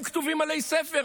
הם כתובים עלי ספר.